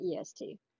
EST